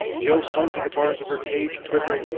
jill clung to the bars of her cage, quivering,